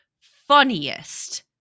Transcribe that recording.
funniest